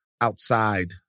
outside